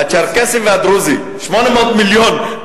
הצ'רקסים והדרוזים, 800 מיליון.